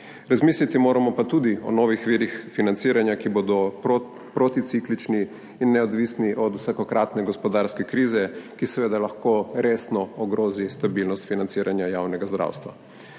Razmisliti moramo pa tudi o novih virih financiranja, ki bodo proticiklični in neodvisni od vsakokratne gospodarske krize, ki seveda lahko resno ogrozi stabilnost financiranja javnega zdravstva.